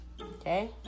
Okay